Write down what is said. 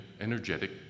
energetic